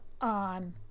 on